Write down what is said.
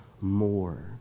more